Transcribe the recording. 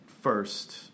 first